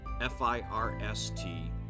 F-I-R-S-T